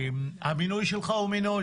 המינוי שלך הוא מינוי.